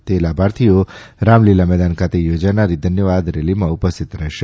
તે લાભાર્થીઓ રામલીલા મેદાન ખાતે થોજાનારી ધન્યવાદ રેલીમાં ઉપસ્થિત રહેશે